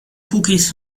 cookies